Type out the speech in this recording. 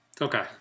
Okay